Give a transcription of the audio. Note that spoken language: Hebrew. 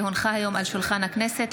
כי הונחו היום על שולחן הכנסת,